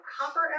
Copper